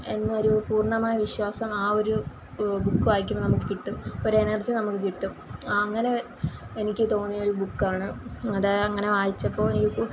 എന്നൊരു പൂർണമായ വിശ്വാസം ആ ഒരു ബുക്ക് വായിക്കുമ്പോൾ നമുക്ക് കിട്ടും ഒരു എനർജി നമുക്ക് കിട്ടും ആ അങ്ങനെ എനിക്ക് തോന്നിയ ഒരു ബുക്കാണ് അതാ അങ്ങനെ വായിച്ചപ്പോൾ എനിക്ക്